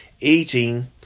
eating